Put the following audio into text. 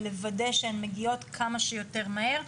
ולוודא שהן מגיעות כמה שיותר מהר,